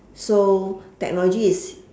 so technology is